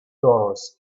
dollars